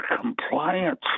compliance